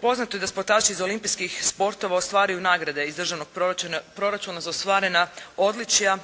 Poznato je da sportaši iz olimpijskih sportova ostvaruju nagrade iz državnog proračuna za ostvarena odličja